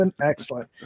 excellent